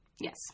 Yes